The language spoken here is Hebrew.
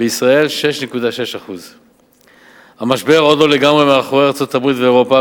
ובישראל 6.6%. המשבר עוד לא לגמרי מאחורי ארצות-הברית ואירופה,